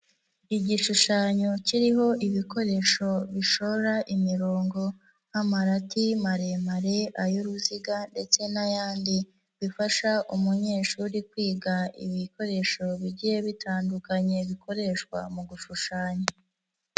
Igishushanyo kiriho ibikoresho bishora imirongo, nk'amarati maremare, ay'uruziga ndetse n'ayandi, bifasha umunyeshuri kwiga ibikoresho bigiye bitandukanye bikoreshwa mu gushushanya.